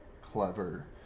clever